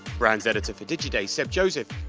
brands editor for digiday, seb joseph,